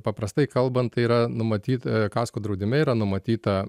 paprastai kalbant tai yra numatyt kasko draudime yra numatyta